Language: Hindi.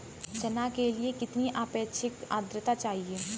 चना के लिए कितनी आपेक्षिक आद्रता चाहिए?